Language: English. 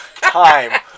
time